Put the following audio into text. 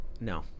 no